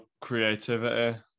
creativity